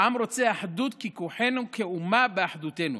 העם רוצה אחדות, כי כוחנו כאומה באחדותנו.